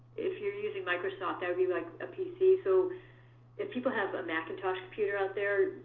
if you're using microsoft, that would be, like, a pc. so if people have a macintosh computer out there,